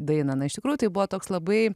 dainą na iš tikrųjų tai buvo toks labai